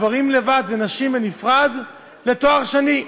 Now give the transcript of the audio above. גברים לבד ונשים בנפרד לתואר שני.